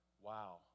wow